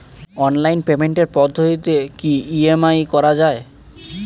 Online পেমেন্টের পদ্ধতিতে কি ই.এম.আই করা যায়?